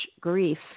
grief